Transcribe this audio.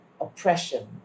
oppression